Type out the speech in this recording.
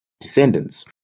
descendants